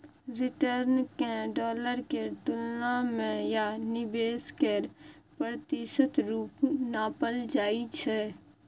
return केँ dollar केर तुलना मे या निबेश केर प्रतिशत रुपे नापल जाइ छै